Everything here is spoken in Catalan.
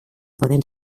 poden